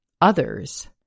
others